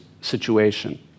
situation